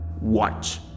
Watch